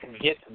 get